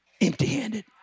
empty-handed